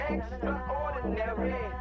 Extraordinary